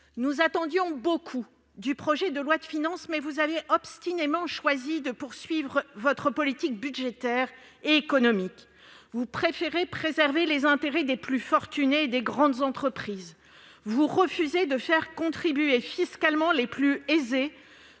Nous attendions beaucoup du projet de loi de finances, mais le Gouvernement a obstinément choisi de poursuivre sa politique budgétaire et économique. Vous préférez préserver les intérêts des plus fortunés et des grandes entreprises. Vous refusez de faire contribuer fiscalement les plus aisés,